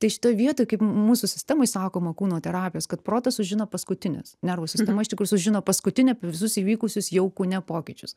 tai šitoj vietoj kaip mūsų sistemoj sakoma kūno terapijos kad protas sužino paskutinis nervų sistema iš tikrųjų sužino paskutinė apie visus įvykusius jau kūne pokyčius